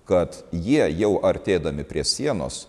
kad jie jau artėdami prie sienos